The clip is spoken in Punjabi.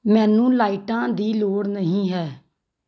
ਮੈਨੂੰ ਲਾਈਟਾਂ ਦੀ ਲੋੜ ਨਹੀਂ ਹੈ